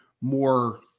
more